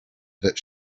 that